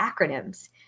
acronyms